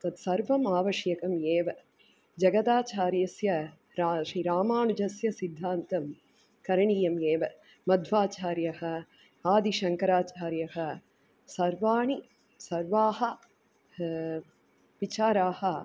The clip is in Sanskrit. तत् सर्वम् आवश्यकम् एव जगदाचार्यस्य रा श्रीरामानुजस्य सिद्धान्तं करणीयम् एव मध्वाचार्यः आदिशङ्कराचार्यः सर्वाणि सर्वाः विचाराः